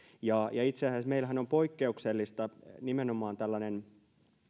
ja itse asiassa meillähän on poikkeuksellista nimenomaan tällainen